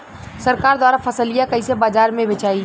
सरकार द्वारा फसलिया कईसे बाजार में बेचाई?